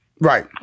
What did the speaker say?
right